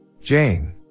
Jane